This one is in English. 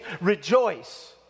rejoice